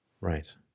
Right